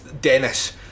Dennis